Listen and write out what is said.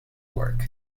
work